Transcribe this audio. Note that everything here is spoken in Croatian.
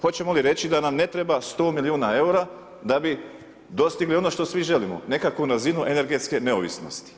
Hoćemo li reći da nam ne treba 100 milijuna eura da bi dostigli ono što svi želimo, nekakvu razinu energetske neovisnosti.